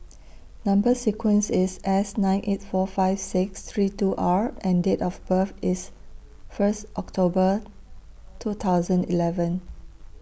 Number sequence IS S nine eight four five six three two R and Date of birth IS First October two thousand eleven